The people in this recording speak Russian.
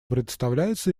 предоставляется